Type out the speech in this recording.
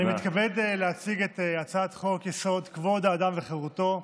אני מתכבד להציג את הצעת חוק-יסוד: כבוד האדם וחירותו (תיקון,